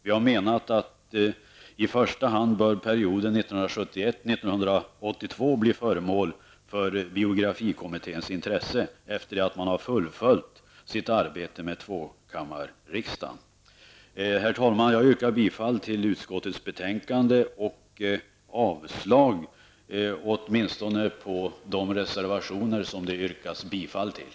Vi har menat att i första hand bör perioden 1971--1982 bli föremål för biografikommitténs intresse efter det att man har fullföljt sitt arbete med tvåkammarriksdagen. Herr talman! Jag yrkar bifall till utskottets betänkande och avslag på de reservationer det yrkas bifall till.